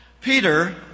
Peter